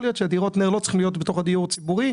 יכול להיות שדירות נ"ר לא צריכים להיות בתוך הדיור הציבורי.